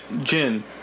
Gin